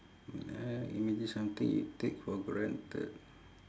wait eh imagine something you take for granted